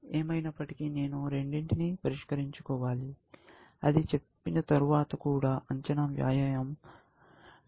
ఏమైనప్పటికి నేను రెండింటినీ పరిష్కరించుకోవాలి అని చెప్పిన తర్వాత కూడా అంచనా వ్యయం నా ఎంపికను ప్రభావితం చేస్తుందా